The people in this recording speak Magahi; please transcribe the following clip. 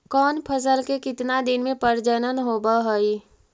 कौन फैसल के कितना दिन मे परजनन होब हय?